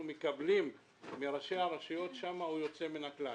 מקבלים מראשי הרשויות שם הוא יוצא מן הכלל.